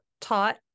taught